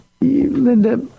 Linda